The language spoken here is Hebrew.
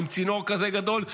עם צינור כזה גדול,